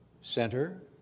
Center